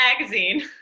magazine